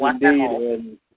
indeed